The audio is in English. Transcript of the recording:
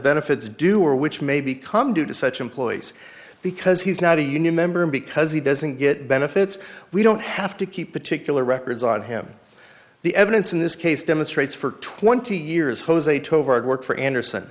benefits due or which may become due to such employees because he's not a union member and because he doesn't get benefits we don't have to keep particular records on him the evidence in this case demonstrates for twenty years jose took over at work for andersen